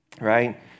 Right